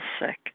sick